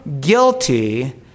guilty